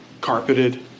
carpeted